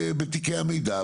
בתיקי המידע,